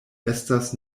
estas